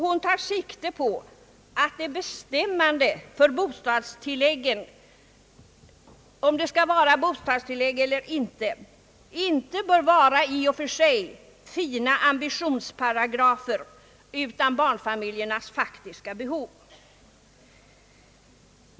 Hon tar sikte på att det bestämmande för om det skall vara bostadstillägg eller inte i och för sig inte bör vara fina ambitionsparagrafer utan barnfamiljernas faktiska behov.